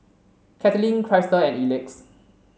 Katlyn Krystle and Elex